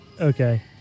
Okay